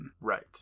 Right